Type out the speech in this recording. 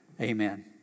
Amen